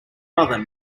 mother